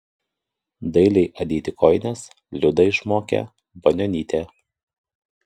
dailiai adyti kojines liudą išmokė banionytė